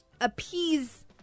appease